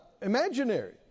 Imaginary